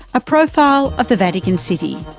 a profile of the vatican city,